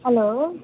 hello